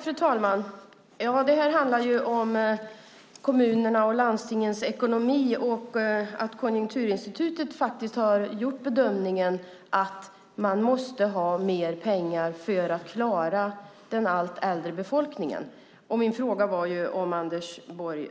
Fru talman! Det handlar om kommunernas och landstingens ekonomi och att Konjunkturinstitutet gjort bedömningen att man måste ha mer pengar för att klara den allt äldre befolkningen. Min fråga var om Anders Borg